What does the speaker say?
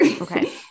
Okay